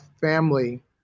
family